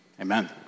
Amen